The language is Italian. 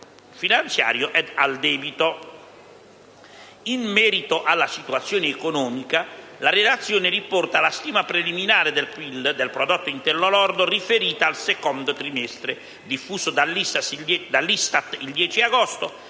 finanziario e al debito. In merito alla situazione economica, la Relazione riporta la stima preliminare del prodotto interno lordo riferita al secondo trimestre, diffusa dall'ISTAT il 10 agosto,